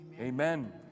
amen